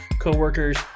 coworkers